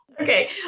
Okay